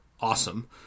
awesome